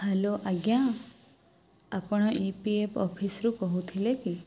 hello ଆଜ୍ଞା ଆପଣ E P F ଅଫିସ୍ରୁ କହୁଥିଲେ କି